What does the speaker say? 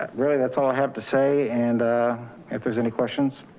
really, that's all i have to say. and if there's any questions.